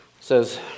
says